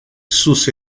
sus